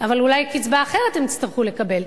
אבל אולי קצבה אחרת הן יצטרכו לקבל.